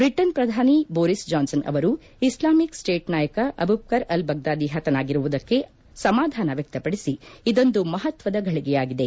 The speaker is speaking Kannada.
ಬ್ರಿಟಿಷ್ ಪ್ರಧಾನಿ ಬೋರಿಸ್ ಜಾನ್ಸನ್ ಅವರು ಇಸ್ಲಾಮಿಕ್ ಸ್ವೇಟ್ ನಾಯಕ ಅಬುಬಕರ್ ಅಲ್ ಬಗ್ವಾದಿ ಹತನಾಗಿರುವುದಕ್ಕೆ ಸಮಾಧಾನ ವ್ಯಕ್ತಪಡಿಸಿ ಇದೊಂದು ಮಹತ್ವದ ಘಳಗೆಯಾಗಿದೆ